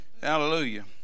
hallelujah